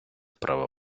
права